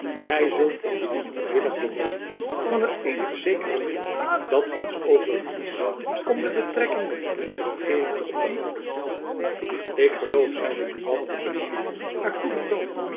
gy zult ons niet moedwillig berooven van het eenige zekere middel dat ons overig is om de betrekking met de britsche regeering te onderhouden ik geloof zeide buat op beleefden maar koelen toon